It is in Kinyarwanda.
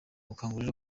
gukangurira